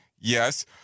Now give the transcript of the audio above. Yes